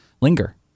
linger